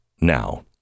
now